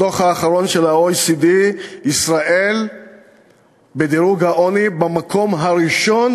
בדוח האחרון של ה-OECD ישראל במקום הראשון